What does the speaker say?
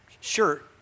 sure